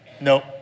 nope